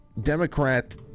Democrat